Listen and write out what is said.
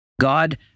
God